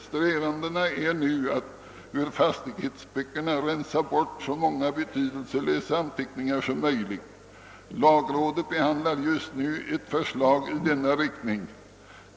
Strävandena är nu att ur fastighetsböckerna rensa bort så många betydelselösa anteckningar som möjligt. Lagrådet behandlar just nu ett förslag i denna riktning.